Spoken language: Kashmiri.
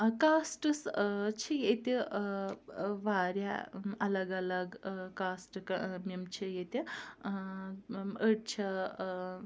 کاسٹٕس چھِ ییٚتہِ واریاہ الگ الگ کاسٹہٕ یِم چھِ ییٚتہِ أڑۍ چھِ